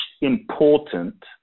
important